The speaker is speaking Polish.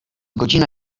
godzina